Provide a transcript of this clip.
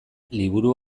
liburu